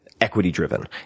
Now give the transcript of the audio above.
equity-driven